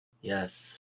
Yes